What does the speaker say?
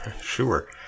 Sure